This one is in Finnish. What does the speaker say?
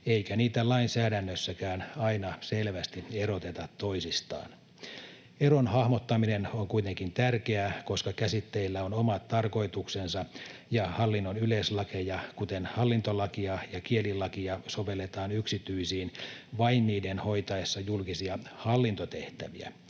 eikä niitä lainsäädännössäkään aina selvästi eroteta toisistaan. Eron hahmottaminen on kuitenkin tärkeää, koska käsitteillä on omat tarkoituksensa ja hallinnon yleislakeja, kuten hallintolakia ja kielilakia, sovelletaan yksityisiin vain niiden hoitaessa julkisia hallintotehtäviä.